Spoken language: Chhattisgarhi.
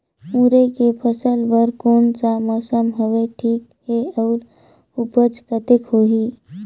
मुरई के फसल बर कोन सा मौसम हवे ठीक हे अउर ऊपज कतेक होही?